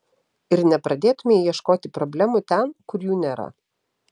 ir nepradėtumei ieškoti problemų ten kur jų nėra